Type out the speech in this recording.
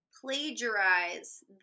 plagiarize